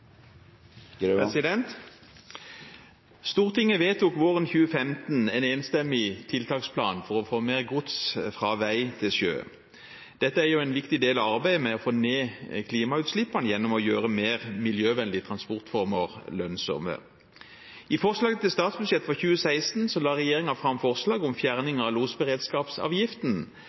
gode veier. Vi ser på statistikken at det er det som gir uttelling. Stortinget vedtok enstemmig våren 2015 en tiltaksplan for å få mer gods fra vei til sjø. Dette er en viktig del av arbeidet med å få ned klimagassutslippene gjennom å gjøre mer miljøvennlige transportformer lønnsomme. I forslaget til statsbudsjett for 2016 la regjeringen fram forslag om